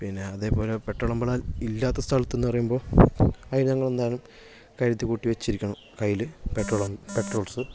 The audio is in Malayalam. പിന്നെ അതേപോലെ പെട്രോൾ പെട്രോൾ പമ്പ്കള് ഇല്ലാത്ത സ്ഥലത്ത് എന്ന് പറയുമ്പോൾ അത് ഞങ്ങൾ എന്തായാലും കരുതിക്കൂട്ടി വെച്ചിരിക്കണം കയ്യില് പെട്രോ പെട്രോൾസ്